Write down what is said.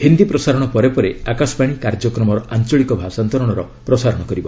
ହିନ୍ଦୀ ପ୍ରସାରଣ ପରେ ପରେ ଆକାଶବାଣୀ କାର୍ଯ୍ୟକ୍ରମର ଆଞ୍ଚଳିକ ଭାଷାନ୍ତରଣର ପ୍ରସାରଣ କରିବ